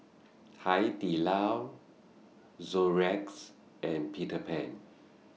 Hai Di Lao Xorex and Peter Pan